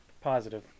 positive